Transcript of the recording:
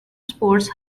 sports